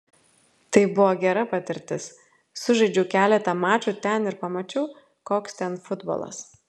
tai buvo gera patirtis sužaidžiau keletą mačų ten ir pamačiau koks ten futbolas